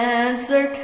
answer